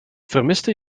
vermiste